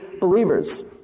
believers